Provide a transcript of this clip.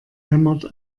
hämmert